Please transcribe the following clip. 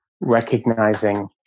recognizing